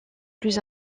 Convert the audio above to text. plus